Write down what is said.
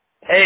Hey